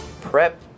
prep